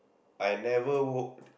I never woke